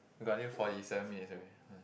we got only forty seven minutes only em